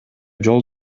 жол